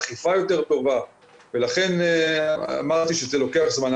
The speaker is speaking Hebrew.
אכיפה יותר טובה ולכן אמרתי שזה לוקח זמן.